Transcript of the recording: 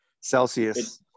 celsius